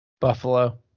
Buffalo